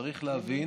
צריך להבין